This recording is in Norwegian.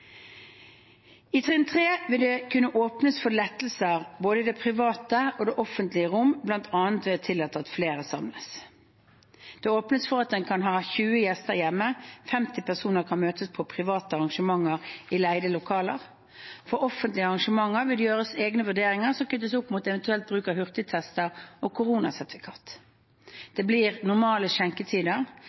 kunne åpnes for lettelser i både det private og det offentlige rom, bl.a. ved å tillate at flere samles. Det åpnes for at en kan ha 20 gjester hjemme. 50 personer kan møtes på private arrangementer i leide lokaler. For offentlige arrangementer vil det bli gjort egne vurderinger som knyttes opp mot eventuell bruk av hurtigtester og koronasertifikat. Det blir normale skjenketider,